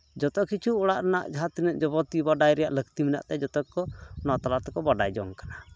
ᱡᱚᱛᱚ ᱠᱤᱪᱷᱩ ᱚᱲᱟᱜ ᱨᱮᱱᱟᱜ ᱡᱟᱦᱟᱸ ᱛᱤᱱᱟᱹᱜ ᱡᱟᱵᱚᱛᱤᱭᱚ ᱵᱟᱰᱟᱭ ᱨᱮᱭᱟᱜ ᱞᱟᱹᱠᱛᱤ ᱢᱮᱱᱟᱜ ᱛᱟᱭᱟ ᱡᱚᱛᱚ ᱜᱮᱠᱚ ᱚᱱᱟ ᱛᱟᱞᱟ ᱛᱮᱠᱚ ᱵᱟᱰᱟᱭ ᱡᱚᱝ ᱠᱟᱱᱟ